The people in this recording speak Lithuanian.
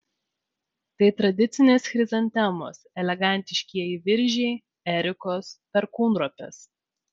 tai tradicinės chrizantemos elegantiškieji viržiai erikos perkūnropės